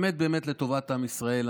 באמת באמת לטובת עם ישראל.